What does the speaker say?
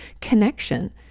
connection